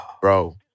Bro